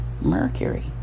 Mercury